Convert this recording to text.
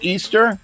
Easter